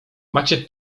macie